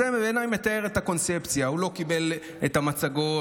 זה בעיניי מתאר את הקונספציה: הוא לא קיבל את המצגות,